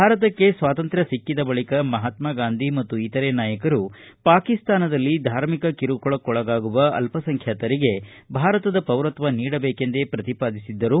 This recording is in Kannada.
ಭಾರತಕ್ಕೆ ಸ್ವಾತಂತ್ರ್ಯ ಸಿಕ್ಕಿದ ಬಳಿಕ ಮಹಾತ್ಮಾ ಗಾಂಧಿ ಮತ್ತು ಇತರೆ ನಾಯಕರು ಪಾಕಿಸ್ತಾನದಲ್ಲಿ ಧಾರ್ಮಿಕ ಕಿರುಕುಳಕ್ಕೊಳಗಾಗುವ ಅಲ್ಪಸಂಖ್ವಾತರಿಗೆ ಭಾರತದ ಪೌರತ್ವ ನೀಡದೇಕೆಂದೇ ಪ್ರತಿಪಾದಿಸಿದ್ದರು